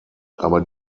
aber